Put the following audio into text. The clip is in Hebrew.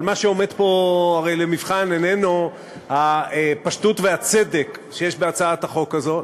אבל מה שעומד פה הרי למבחן אינו הפשטות והצדק שיש בהצעת החוק הזאת,